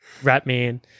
Ratman